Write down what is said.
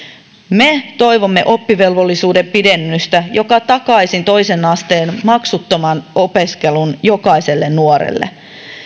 me toivomme oppivelvollisuuden pidennystä joka takaisi toisen asteen maksuttoman opiskelun jokaiselle nuorelle